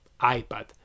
iPad